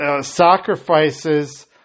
sacrifices